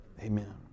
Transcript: Amen